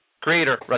creator